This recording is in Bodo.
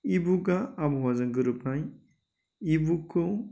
इबुकआ आबहावाजों गोरोबनाय इबुकखौ